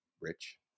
rich